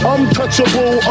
Untouchable